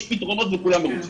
יש פתרונות וכולם מרוצים.